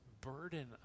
burden